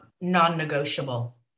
non-negotiable